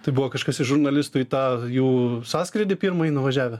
tai buvo kažkas iš žurnalistų į tą jų sąskrydį pirmąjį nuvažiavę